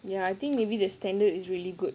ya I think maybe the standard is really good